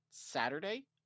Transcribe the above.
saturday